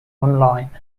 online